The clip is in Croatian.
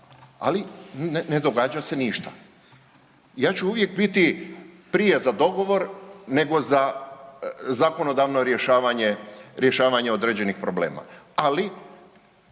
ali ne događa se ništa. Ja ću uvijek biti prije za dogovor nego za zakonodavno rješavanje, rješavanje određenih problema. Ali